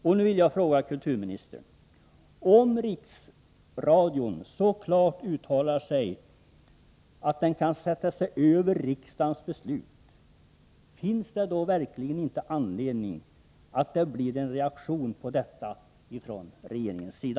Och nu vill jag fråga kulturministern: Om Riksradion så klart uttrycker att den kan sätta sig över riksdagens beslut, finns det då verkligen inte anledning att komma med en reaktion på detta från regeringens sida?